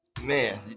man